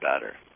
better